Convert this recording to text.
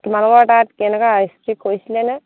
তোমালোকৰ তাত কেনেকুৱা ষ্ট্ৰিক কৰিছিলেনে